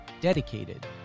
dedicated